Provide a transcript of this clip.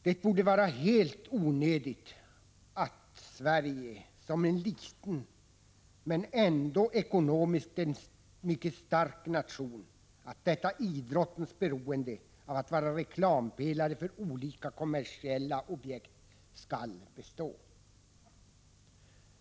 Det borde anses som helt onödigt att idrotten i Sverige, som är en liten men ändock mycket stark nation ekonomiskt, skall fortsätta att vara beroende av att vara reklampelare för olika kommersiella objekt.